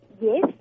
yes